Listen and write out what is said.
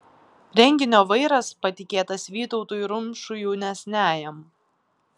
renginio vairas patikėtas vytautui rumšui jaunesniajam